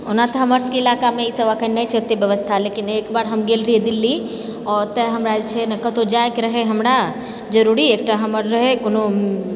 ओना तऽ हमरसबके ईलाकामे ईसब अखन नहि छै ओतए व्यवस्था लेकिन एकबार हम गेल रहिये दिल्ली आओर ओतए हमरा जे छै ने कतहुँ जाइके रहै हमरा जरुरी एकटा हमर रहै कोनो